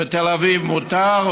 בתל אביב מותר,